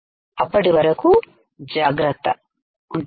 అప్పటి వరకు జాగ్రత్త ఉంటాను